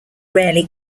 rarely